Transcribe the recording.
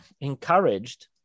encouraged